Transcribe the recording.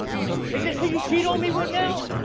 is this who you cheat on me with now?